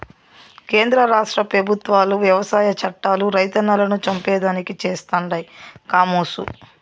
కేంద్ర రాష్ట్ర పెబుత్వాలు వ్యవసాయ చట్టాలు రైతన్నలను చంపేదానికి చేస్తండాయి కామోసు